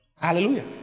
hallelujah